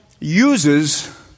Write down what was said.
uses